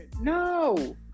No